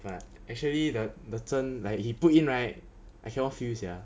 but actually the 针 like he put in right I cannot feel sia